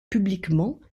publiquement